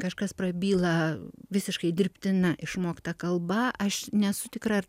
kažkas prabyla visiškai dirbtina išmokta kalba aš nesu tikra ar